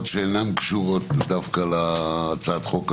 שאינן קשורות דווקא להצעת החוק הזאת?